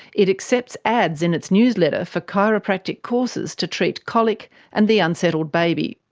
it accepts ads in its newsletter for chiropractic courses to treat colic and the unsettled baby,